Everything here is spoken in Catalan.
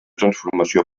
transformació